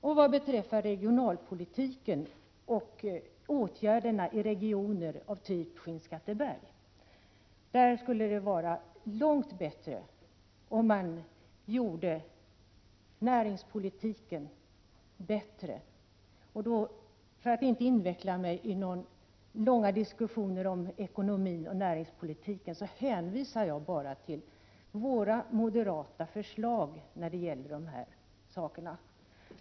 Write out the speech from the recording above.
Vad det beträffar regionalpolitiken och åtgärderna i regioner av typ Skinnskatteberg skulle det vara långt bättre om man förbättrade näringspolitiken. För att inte inveckla mig i någon lång diskussion om ekonomin och näringspolitiken hänvisar jag bara till våra moderata förslag när det gäller dessa frågor.